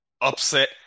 upset